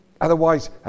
Otherwise